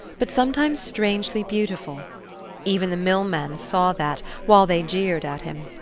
but sometimes strangely beautiful even the mill-men saw that, while they jeered at him.